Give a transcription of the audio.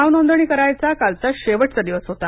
नावनोंदणी करायचा कालचा शेवटचा दिवस होता